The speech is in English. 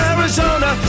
Arizona